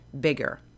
bigger